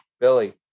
Billy